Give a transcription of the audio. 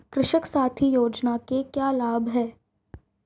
कृषक साथी योजना के क्या लाभ हैं?